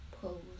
pose